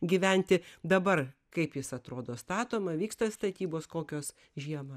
gyventi dabar kaip jis atrodo statoma vyksta statybos kokios žiemą